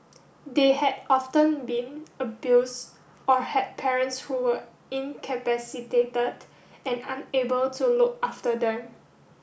they had often been abused or had parents who were incapacitated and unable to look after them